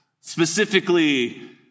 Specifically